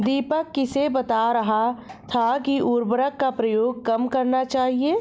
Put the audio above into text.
दीपक किसे बता रहा था कि उर्वरक का प्रयोग कम करना चाहिए?